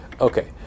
Okay